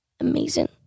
Amazing